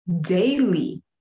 daily